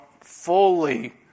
fully